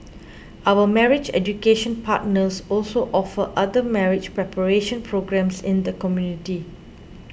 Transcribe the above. our marriage education partners also offer other marriage preparation programmes in the community